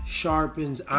sharpens